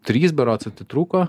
trys berods atitrūko